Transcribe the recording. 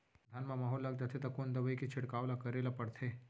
धान म माहो लग जाथे त कोन दवई के छिड़काव ल करे ल पड़थे?